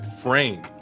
frame